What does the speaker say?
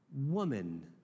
woman